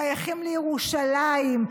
שייכים לירושלים,